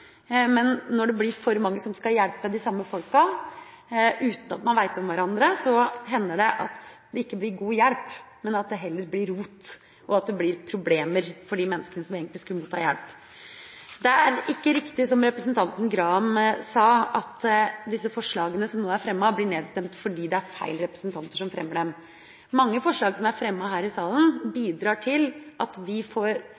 Når det blir for mange som skal hjelpe de samme menneskene uten at man vet om hverandre, hender det at det ikke blir god hjelp, men at det heller blir rot, og at det blir problemer for dem som egentlig skulle motta hjelp. Det er ikke riktig som representanten Graham sa, at disse forslagene som nå blir fremmet, blir nedstemt fordi det er feil representanter som fremmer dem. Mange forslag som er fremmet her i salen,